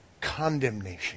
condemnation